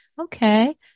okay